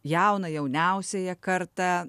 jauną jauniausiąją kartą